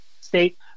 state